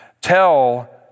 Tell